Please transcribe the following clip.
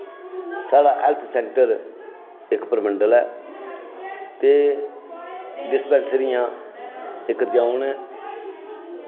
साढ़े health centre इक परमंडल ऐ ते डिस्पैंसरियां इक दियानै